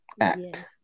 act